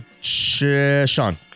Sean